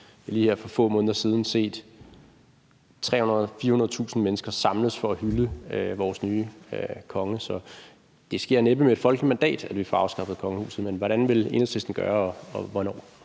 lige her for få måneder siden set 300.000-400.000 mennesker samlet for at hylde vores nye konge. Så det sker næppe med et folkeligt mandat at vi får afskaffet kongehuset. Men hvordan vil Enhedslisten gøre? Og hvornår?